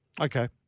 Okay